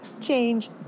change